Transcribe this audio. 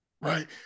right